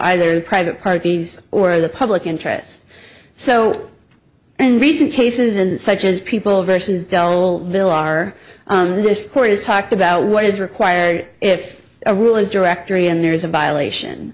either private parties or the public interest so and recent cases and such as people versus del bill are this court has talked about what is required if a rule is directory and there is a violation